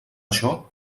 això